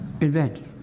invented